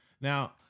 Now